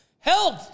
Help